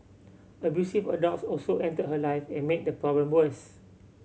abusive adults also entered her life and made the problem worse